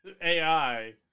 AI